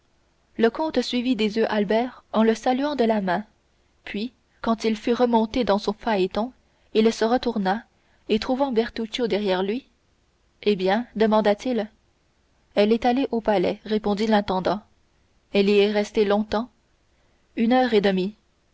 le comte suivit des yeux albert en le saluant de la main puis quand il fut remonté dans son phaéton il se retourna et trouvant bertuccio derrière lui eh bien demanda-t-il elle est allée au palais répondit l'intendant elle y est restée longtemps une heure et demie